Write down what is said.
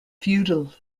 feudal